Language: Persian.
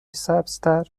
سبزتر